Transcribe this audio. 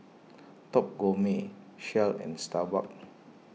Top Gourmet Shell and Starbucks